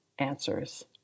Answers